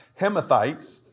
Hemathites